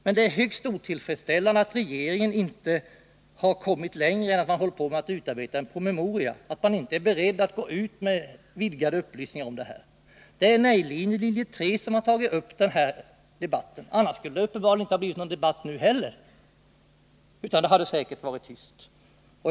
Men det är högst otillfredsställande att regeringen inte har kommit längre än till att utarbeta en promemoria och inte är beredd att gå ut med vidgad information om dessa frågor. Det är linje 3, nej-linjen, som har tagit upp denna debatt. Om detta inte hade skett, skulle det uppenbarligen inte heller nu ha blivit någon debatt, utan det hade säkerligen varit tyst på detta område.